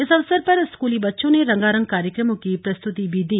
इस अवसर पर स्कूली बच्चों ने रंगारंग कार्यक्रमों की प्रस्तुति भी दी